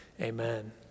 Amen